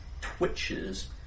twitches